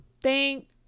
Thank